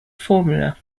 formula